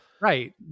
right